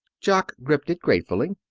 jock gripped it gratefully.